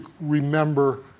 remember